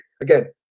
Again